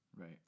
Right